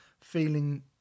feeling